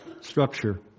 structure